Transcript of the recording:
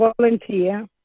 volunteer